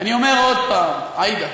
אומר עוד הפעם, עאידה